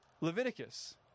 Leviticus